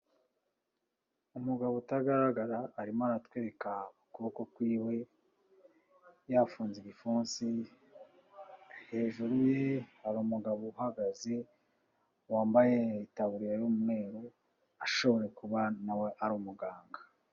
Umugabo utagaragara arimo aratwereka ukuboko kw'iwe yafunze igipfunsi, hejuru ye hari umugabo uhagaze wambaye itaburiya y'umweru ashoboye kuba na we ari umuganga.